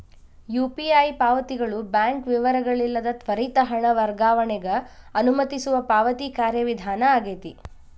UPI ಪಾವತಿಗಳು bank ವಿವರಗಳಿಲ್ಲದ ತ್ವರಿತ ಹಣ ವರ್ಗಾವಣೆಗ ಅನುಮತಿಸುವ ಪಾವತಿ ಕಾರ್ಯವಿಧಾನ ಆಗೆತಿ